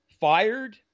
fired